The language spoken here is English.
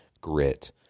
grit